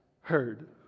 heard